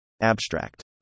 abstract